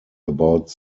about